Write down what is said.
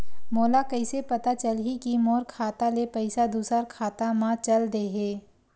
मोला कइसे पता चलही कि मोर खाता ले पईसा दूसरा खाता मा चल देहे?